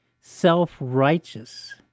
self-righteous